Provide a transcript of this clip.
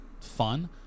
fun